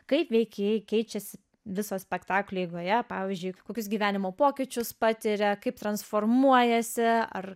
kaip veikėjai keičiasi viso spektaklio eigoje pavyzdžiui kokius gyvenimo pokyčius patiria kaip transformuojasi ar